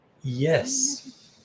yes